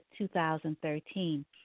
2013